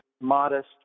modest